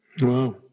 wow